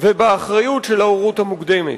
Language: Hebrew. ובאחריות של ההורות המוקדמת.